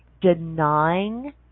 denying